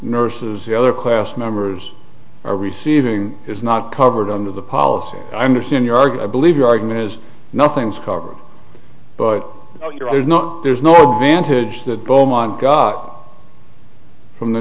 nurses the other class members are receiving is not covered under the policy i understand your argument believe your argument is nothing's covered but there's no advantage that beaumont up from the